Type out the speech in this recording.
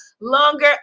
longer